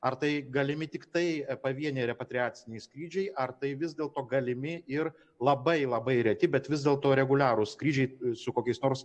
ar tai galimi tiktai pavieniai repatriaciniai skrydžiai ar tai vis dėlto galimi ir labai labai reti bet vis dėlto reguliarūs skrydžiai su kokiais nors